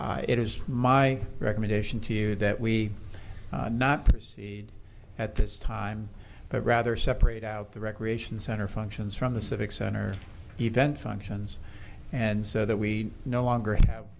it is my recommendation to you that we not proceed at this time but rather separate out the recreation center functions from the civic center event functions and so that we no longer have